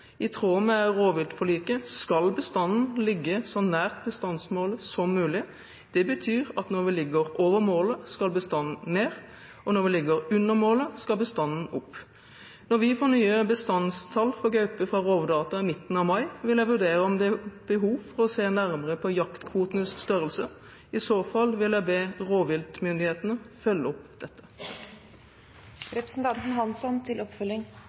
I tråd med rovviltforliket skal bestanden ligge så nært bestandsmålet som mulig. Det betyr at når vi ligger over målet, skal bestanden ned, og når vi ligger under målet, skal bestanden opp. Når vi får nye bestandstall for gaupe fra Rovdata i midten av mai, vil jeg vurdere om det er behov for å se nærmere på jaktkvotenes størrelse. I så fall vil jeg be rovviltmyndighetene følge opp dette.